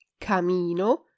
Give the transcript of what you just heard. Camino